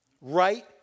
right